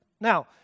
Now